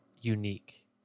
unique